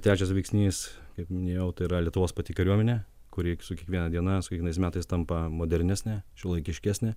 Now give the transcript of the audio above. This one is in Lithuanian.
trečias veiksnys kaip minėjau tai yra lietuvos pati kariuomenė kuri su kiekviena diena su kiekvienais metais tampa modernesnė šiuolaikiškesnė